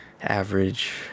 average